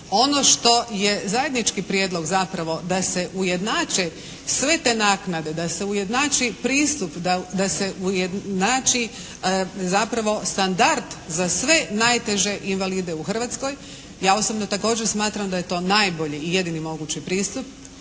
Ono što je zajednički prijedlog zapravo da se ujednače sve te naknade. Da se ujednači pristup. Da se ujednači zapravo standard za sve najteže invalide u Hrvatskoj. Ja osobno također smatram da je to najbolji i jedini mogući pristup.